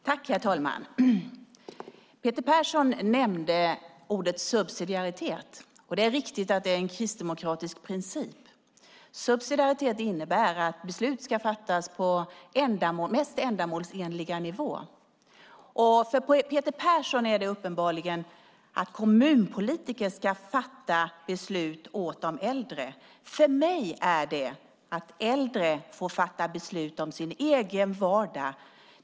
Herr talman! Peter Persson nämnde ordet subsidiaritet. Det är riktigt att det är en kristdemokratisk princip. Subsidiaritet innebär att beslut ska fattas på den mest ändamålsenliga nivån. För Peter Persson innebär det uppenbarligen att kommunpolitiker ska fatta beslut åt de äldre. För mig är det att äldre får fatta beslut om sin egen vardag.